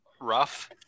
rough